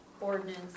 ordinance